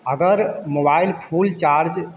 अगर mobile full charge